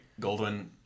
Goldwyn